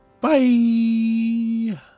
Bye